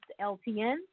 LTN